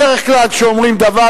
בדרך כלל כשאומרים דבר,